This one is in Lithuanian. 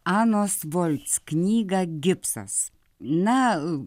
anos volts knygą gipsas na